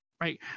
right